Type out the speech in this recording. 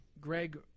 Greg